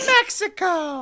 Mexico